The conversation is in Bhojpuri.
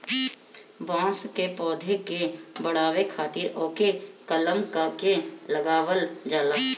बांस के पौधा के बढ़ावे खातिर ओके कलम क के लगावल जाला